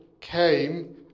came